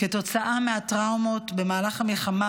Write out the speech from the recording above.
כתוצאה מהטראומות במהלך המלחמה,